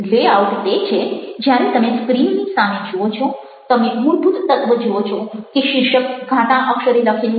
layout તે છે જ્યારે તમે સ્ક્રીનની સામે જુઓ છો તમે મૂળભૂત તત્વો જુઓ છો કે શીર્ષક ઘાટા અક્ષરે લખેલું છે